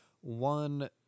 one